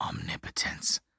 omnipotence